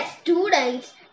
students